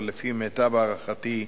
אבל לפי מיטב הערכתי,